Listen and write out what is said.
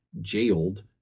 jailed